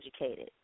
educated